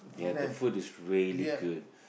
ya the food is really good